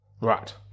Right